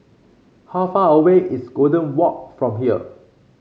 how far away is Golden Walk from here